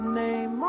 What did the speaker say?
name